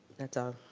that's all.